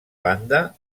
banda